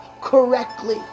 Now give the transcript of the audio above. correctly